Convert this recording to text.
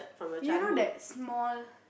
you know that small